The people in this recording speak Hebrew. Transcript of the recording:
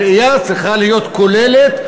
הראייה צריכה להיות כוללת,